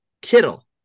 Kittle